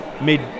mid